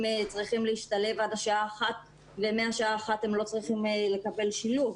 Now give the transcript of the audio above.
צריכים להשתלב עד השעה אחת ומהשעה אחת הם לא צריכים לקבל שילוב.